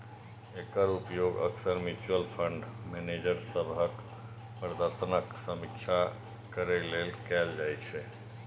एकर उपयोग अक्सर mutual fund manager सभक प्रदर्शनक समीक्षा करै लेल कैल जाइ छै